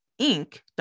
Inc